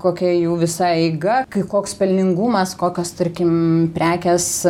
kokia jų visa eiga kai koks pelningumas kokios tarkim prekės